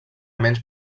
menys